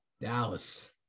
dallas